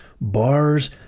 bars